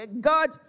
God